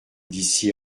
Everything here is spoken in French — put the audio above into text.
d’ici